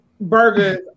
burgers